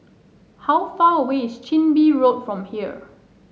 how far away is Chin Bee Road from here